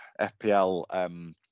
FPL